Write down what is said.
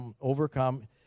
overcome